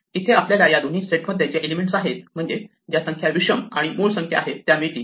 इथे आपल्याला या दोन्ही सेटमध्ये जे एलिमेंट आहेत म्हणजेच ज्या संख्या विषम आणि मूळ संख्या आहेत त्या मिळतील